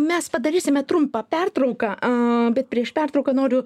mes padarysime trumpą pertrauką aaa bet prieš pertrauką noriu